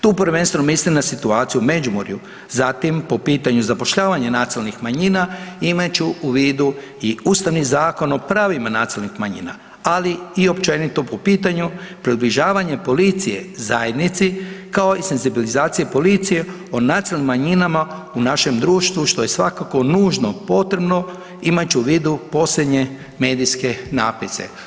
Tu prvenstveno mislim na situaciju u Međimurju, zatim po pitanju zapošljavanja nacionalnih manjina imajući u vidu i Ustavni zakon o pravima nacionalnih manjina, ali i općenito po pitanju približavanje policije zajednici kao i senzibilizacije policije o nacionalnim manjinama u našem društvu što je svakako nužno potrebno imajući u vidu posljednje medijske natpise.